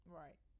right